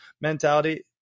mentality